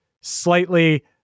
Slightly